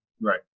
right